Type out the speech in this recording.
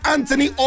Anthony